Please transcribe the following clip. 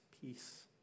peace